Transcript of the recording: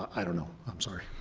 i don't know. i'm sorry.